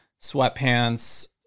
sweatpants